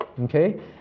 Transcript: Okay